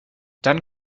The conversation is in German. dann